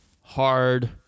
hard